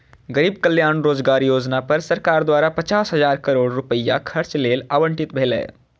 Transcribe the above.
गरीब कल्याण रोजगार योजना पर सरकार द्वारा पचास हजार करोड़ रुपैया खर्च लेल आवंटित भेलै